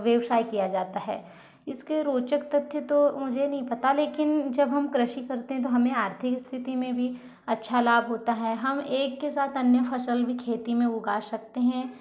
व्यवसाय किया जाता है इसके रोचक तथ्य तो मुझे नहीं पता लेकिन जब हम कृषि करते हैं तो हमें आर्थिक स्थिति में भी अच्छा लाभ होता है हम एक के साथ अन्य फसल भी खेती में उगा सकते हैं